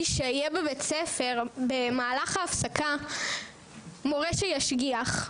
שיהיה בבית ספר במהלך ההפסקה מורה שישגיח,